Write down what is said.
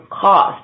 cost